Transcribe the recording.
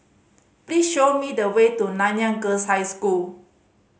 please show me the way to Nanyang Girls' High School